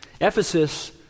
ephesus